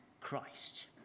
Christ